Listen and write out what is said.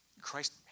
Christ